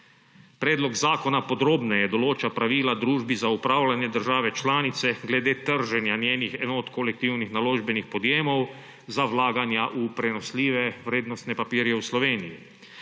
Predlog zakona podrobneje določa pravila družbi za upravljanje države članice glede trženja njenih enot kolektivnih naložbenih podjemov za vlaganja v prenosljive vrednostne papirje v Sloveniji.